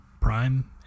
Prime